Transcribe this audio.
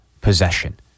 possession